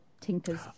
Tinker's